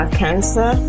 cancer